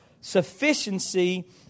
Sufficiency